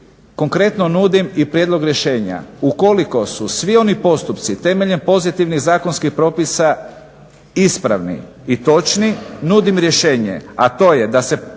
Konkretno nudim i prijedlog rješenja, ukoliko su svi oni postupci temeljem pozitivnih zakonskih propisa ispravni i točni nudim rješenje, a to je da se